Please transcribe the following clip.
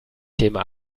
thema